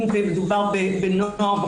אם מדובר בבנות נוער,